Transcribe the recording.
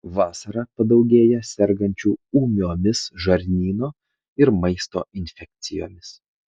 vasarą padaugėja sergančių ūmiomis žarnyno ir maisto infekcijomis